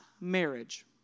marriage